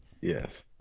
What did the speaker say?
yes